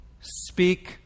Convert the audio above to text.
speak